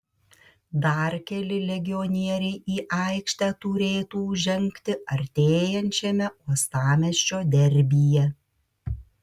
dar keli legionieriai į aikštę turėtų žengti artėjančiame uostamiesčio derbyje